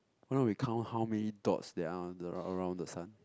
why not we count how many dots there are arou~ around the sun